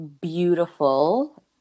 beautiful